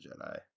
Jedi